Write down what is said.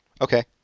Okay